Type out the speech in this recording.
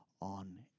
on